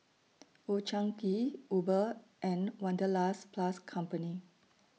Old Chang Kee Uber and Wanderlust Plus Company